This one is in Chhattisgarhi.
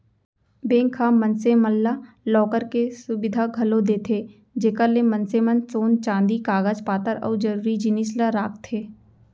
बेंक ह मनसे मन ला लॉकर के सुबिधा घलौ देथे जेकर ले मनसे मन सोन चांदी कागज पातर अउ जरूरी जिनिस ल राखथें